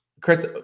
Chris